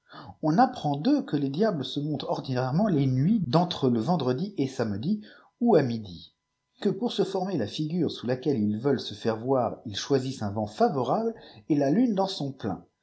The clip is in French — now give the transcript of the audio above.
on apprend d'eux que les diables se montrent ordinairement les nuits d'entre le vendredi et samedi ou à midi que pour se former la figure sous laqueue ils veulent se faire voir ils choisissent un vent favorable et la lune dans son plein